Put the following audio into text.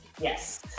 Yes